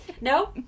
No